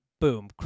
boom